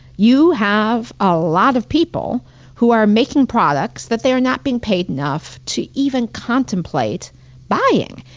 you have a lot of people who are making products that they are not being paid enough to even contemplate buying.